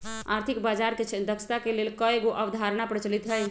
आर्थिक बजार के दक्षता के लेल कयगो अवधारणा प्रचलित हइ